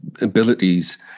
abilities